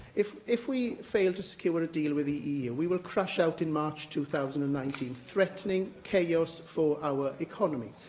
if if we fail to secure a deal with the eu, we will crash out in march two thousand and nineteen, threatening chaos for our economy.